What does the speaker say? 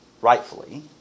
rightfully